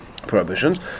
prohibitions